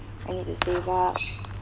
I need to save up